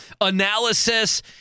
analysis